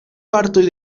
partoj